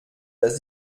dass